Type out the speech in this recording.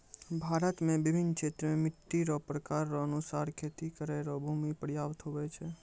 भारत मे बिभिन्न क्षेत्र मे मट्टी रो प्रकार रो अनुसार खेती करै रो भूमी प्रयाप्त हुवै छै